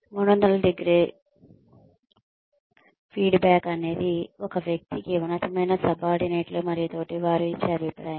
360 ° feedback అనేది ఒక వ్యక్తికి ఉన్నతమైన సబార్డినేట్లు మరియు తోటివారు ఇచ్చే అభిప్రాయం